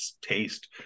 taste